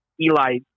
Eli